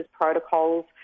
protocols